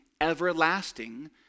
everlasting